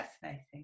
fascinating